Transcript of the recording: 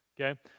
Okay